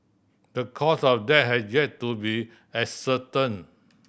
the cause of death has yet to be ascertained